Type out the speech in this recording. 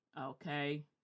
Okay